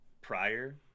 prior